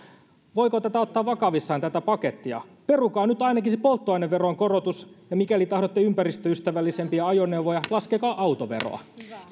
voiko tätä pakettia ottaa vakavissaan perukaa nyt ainakin se polttoaineveron korotus ja mikäli tahdotte ympäristöystävällisempiä ajoneuvoja laskekaa autoveroa arvoisa rouva